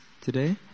today